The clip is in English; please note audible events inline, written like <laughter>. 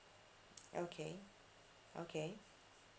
<noise> okay okay